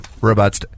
robots